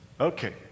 Okay